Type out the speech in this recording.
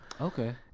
Okay